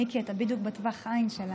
מיקי, מיקי, אתה בדיוק בטווח העין שלנו.